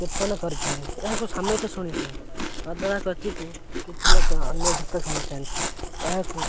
କୀର୍ତ୍ତନ କରିଥାନ୍ତି ଏହାକୁ ସମସ୍ତେ ଶୁଣିଥାନ୍ତି କ୍ଵଚିତ୍ କିଛି ଲୋକ ଅନ୍ୟ ଗୀତ ଶୁଣିଥାନ୍ତି ଏହାକୁ